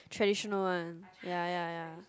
traditional one ya ya ya